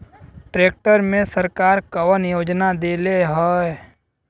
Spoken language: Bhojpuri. ट्रैक्टर मे सरकार कवन योजना देले हैं?